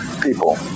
people